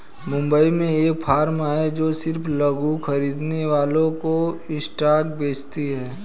मुंबई में एक फार्म है जो सिर्फ लघु खरीदने वालों को स्टॉक्स बेचती है